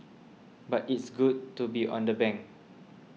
but it's good to be on the bank